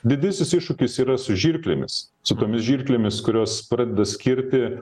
didysis iššūkis yra su žirklėmis su tomis žirklėmis kurios pradeda skirti